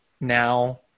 now